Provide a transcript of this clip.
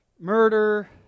murder